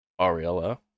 Ariella